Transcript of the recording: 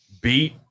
beat